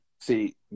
See